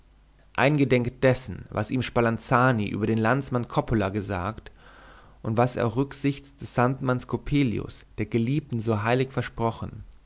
eingedenk dessen was ihm spalanzani über den landsmann coppola gesagt und was er auch rücksichts des sandmanns coppelius der geliebten so heilig versprochen